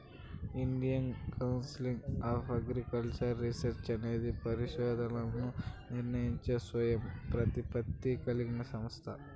Indian council of agricultural research అనేది పరిశోధనలను నిర్వహించే స్వయం ప్రతిపత్తి కలిగిన సంస్థ